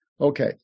Okay